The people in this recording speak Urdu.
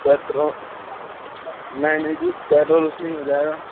پیٹرول نہیں نہیں جی پیٹرول اُس میں ہی ہو جائے گا